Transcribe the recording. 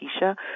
Keisha